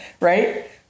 Right